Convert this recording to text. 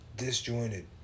disjointed